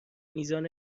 میزان